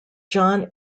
john